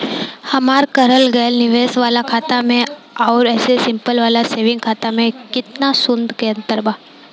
हमार करल गएल निवेश वाला खाता मे आउर ऐसे सिंपल वाला सेविंग खाता मे केतना सूद के अंतर बा?